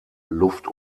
luft